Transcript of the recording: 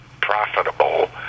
profitable